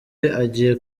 agiye